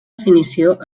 definició